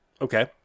okay